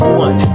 one